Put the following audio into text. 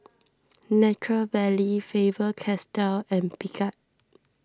Nature Valley Faber Castell and Picard